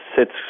sits